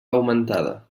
augmentada